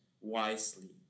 wisely